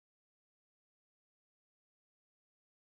orh ya because I stay macpherson that's why ah